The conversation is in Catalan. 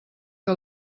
que